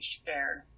shared